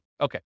Okay